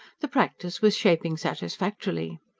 the practice was shaping satisfactorily.